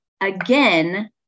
again